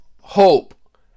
Hope